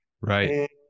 right